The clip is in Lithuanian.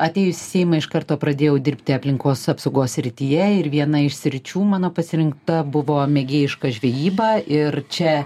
atėjusi iš karto pradėjau dirbti aplinkos apsaugos srityje ir viena iš sričių mano pasirinkta buvo mėgėjiška žvejyba ir čia